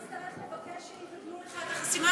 אבל לא תצטרך לבקש שיבטלו לך את החסימה?